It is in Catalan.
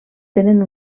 tenen